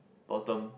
bottom